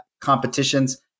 competitions